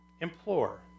Implore